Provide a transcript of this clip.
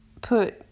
put